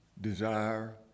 desire